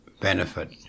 benefit